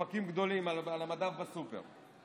לספקים גדולים, המדף בסופר.